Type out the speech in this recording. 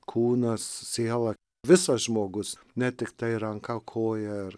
kūnas siela visas žmogus ne tiktai ranka koja ar